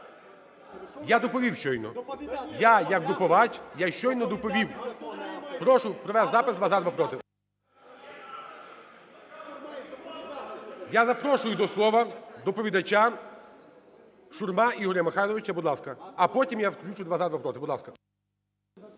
Я доповів щойно. Я як доповідач я щойно доповів. Прошу провести запис: два – за, два – проти. Я запрошую до слова доповідача Шурму Ігоря Михайловича. Будь ласка. А потім я включу два – за, два – проти. Будь ласка.